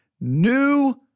new